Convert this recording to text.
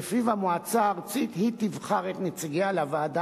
שלפיו המועצה הארצית תבחר את נציגיה לוועדה